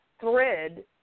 thread